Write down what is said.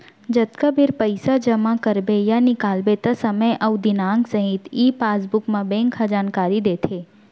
जतका बेर पइसा जमा करबे या निकालबे त समे अउ दिनांक सहित ई पासबुक म बेंक ह जानकारी देथे